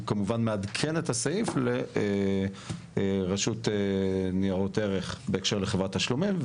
כמובן מעדכן את הסעיף לרשות ניירות ערך בהקשר לחברת תשלומים,